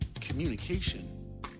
communication